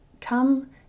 come